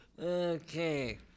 Okay